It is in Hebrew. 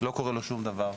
לא קורה לו שום דבר.